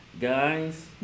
guys